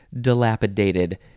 dilapidated